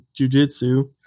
jujitsu